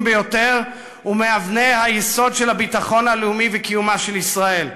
ביותר ומאבני היסוד של הביטחון הלאומי וקיומה של ישראל,